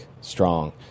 strong